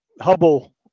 Hubble